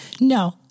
No